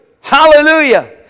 Hallelujah